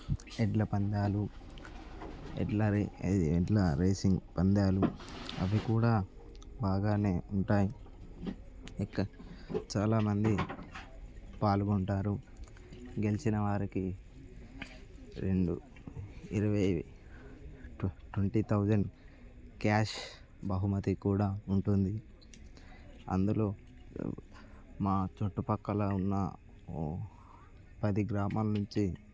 ఎడ్ల పందాలు ఎడ్ల రే ఎడ్ల రేసింగ్ పందాలు అవి కూడా బాగానే ఉంటాయి ఇక చాలామంది పాల్గొంటారు గెలిచిన వారికి రెండు ఇరవై ట్వంటీ థౌసండ్ కాష్ బహుమతి కూడా ఉంటుంది అందులో మా చుట్టుపక్కల ఉన్న పది గ్రామాల నుంచి